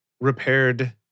repaired